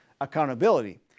accountability